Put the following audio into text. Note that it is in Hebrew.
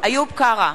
איוב קרא,